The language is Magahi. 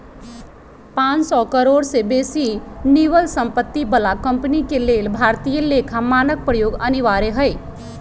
पांन सौ करोड़ से बेशी निवल सम्पत्ति बला कंपनी के लेल भारतीय लेखा मानक प्रयोग अनिवार्य हइ